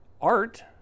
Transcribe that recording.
art